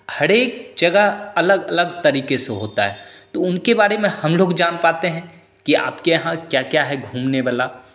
हरेक जगह अलग अलग तरीके से होता है तो उनके बारे में हम लोग जान पाते हैं कि आपके यहाँ क्या क्या है घूमने वाला